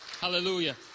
Hallelujah